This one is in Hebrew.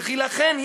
וכי לכן,